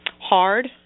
hard